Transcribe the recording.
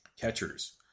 Catchers